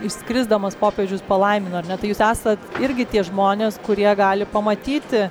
išskrisdamas popiežius palaimino ar ne tai jūs esat irgi tie žmonės kurie gali pamatyti